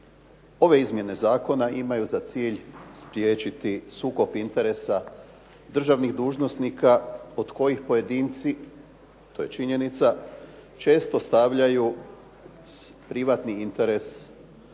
ove izmjene zakona imaju za cilj spriječiti sukob interesa državnih dužnosnika od kojih pojedinci to je činjenica često stavljaju privatni interes u